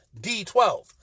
D12